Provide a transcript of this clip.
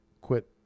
quit